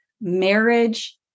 marriage